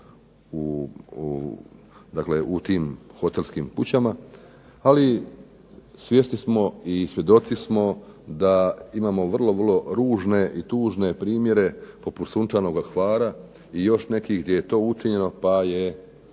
u tim hotelskim kućama, ali svjesni smo i svjedoci smo da imamo vrlo ružne i tužne primjere poput Sunčanoga Hvara i još nekih gdje je to učinjeno i da je